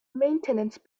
maintenance